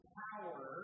power